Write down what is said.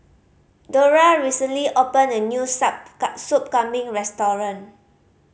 Dorla recently opened a new sup Soup Kambing restaurant